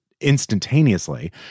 instantaneously